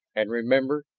and remember,